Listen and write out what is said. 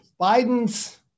Biden's